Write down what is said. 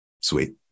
sweet